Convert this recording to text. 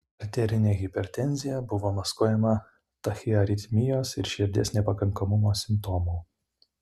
arterinė hipertenzija buvo maskuojama tachiaritmijos ir širdies nepakankamumo simptomų